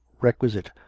requisite